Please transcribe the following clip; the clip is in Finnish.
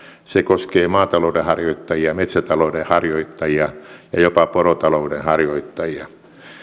se koskee maatalouden harjoittajia metsätalouden harjoittajia ja jopa porotalouden harjoittajia